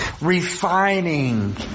refining